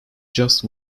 just